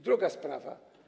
Druga sprawa.